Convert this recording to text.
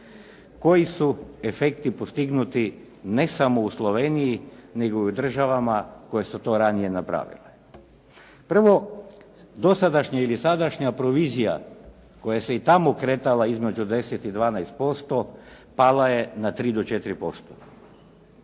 koji su efekti postignuti ne samo u Sloveniji nego i u državama koje su to ranije napravile. Prvo, dosadašnja ili sadašnja provizija koja se i tamo kretala između 10 i 12% pala je na 3 do 4%.